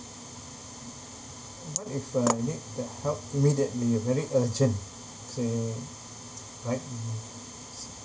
and what if I need the help immediately uh very urgent say right mm